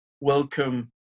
welcome